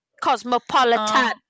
Cosmopolitan